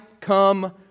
come